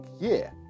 year